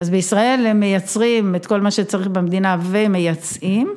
אז בישראל הם מייצרים את כל מה שצריך במדינה ומייצאים.